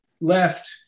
left